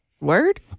Word